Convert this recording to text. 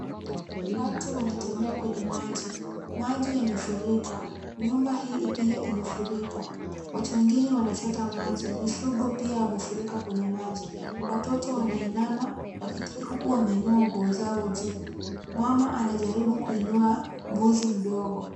Watu wanatembea kwenye maji, maji yamefurika. Nyumba hii pia imefurika, watu wengine wanachota maji, mifugo pia wamefurika kwenye maji. Watoto wanainama huku wameinua nguo zao juu. Mama anajaribu kuinua mbuzi mdogo.